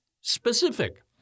specific